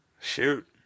Shoot